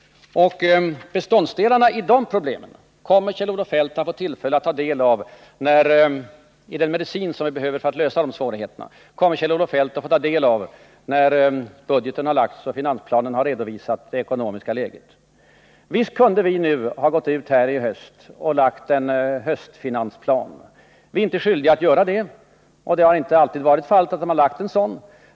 Beståndsdelarna i medicinen mot de problemen kommer Kjell-Olof Feldt få tillfälle att ta del av när budgeten har framlagts och finansplanen har redovisat det ekonomiska läget. Visst kunde vi ha framlagt en höstfinansplan. Vi är inte skyldiga att göra det, och det har inte alltid varit fallet att regeringen lagt fram någon.